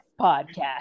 podcast